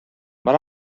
mae